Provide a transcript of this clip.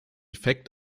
effekt